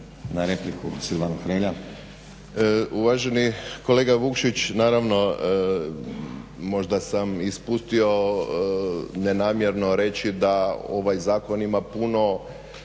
**Hrelja, Silvano (HSU)** Uvaženi kolega Vukšić, naravno možda sam ispustio nenamjerno reći da ovaj zakon ima puno